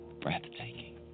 breathtaking